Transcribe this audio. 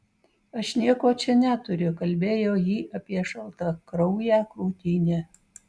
aš nieko čia neturiu kalbėjo ji apie šaltakrauję krūtinę